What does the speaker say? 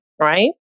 right